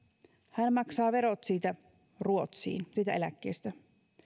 hän maksaa verot ruotsiin siitä eläkkeestä